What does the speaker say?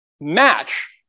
match